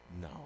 No